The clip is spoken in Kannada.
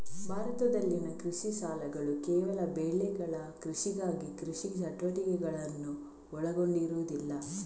ಭಾರತದಲ್ಲಿನ ಕೃಷಿ ಸಾಲಗಳುಕೇವಲ ಬೆಳೆಗಳ ಕೃಷಿಗಾಗಿ ಕೃಷಿ ಚಟುವಟಿಕೆಗಳನ್ನು ಒಳಗೊಂಡಿರುವುದಿಲ್ಲ